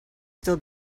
still